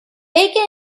bacon